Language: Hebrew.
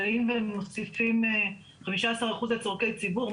באים ומוסיפים 15% לצרכי ציבור.